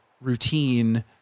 routine